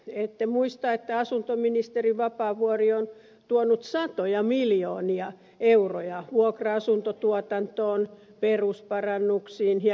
ette muista että asuntoministeri vapaavuori on tuonut satoja miljoonia euroja vuokra asuntotuotantoon perusparannuksiin ja erityisasumiseen